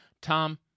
tom